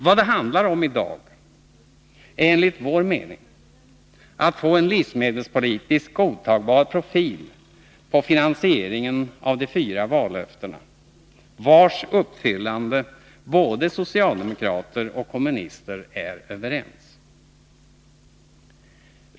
Vad det handlar om i dag är enligt vår mening att få en livsmedelspolitiskt godtagbar profil på finansieringen av de fyra vallöften om vilkas uppfyllande socialdemokrater och kommunister är överens.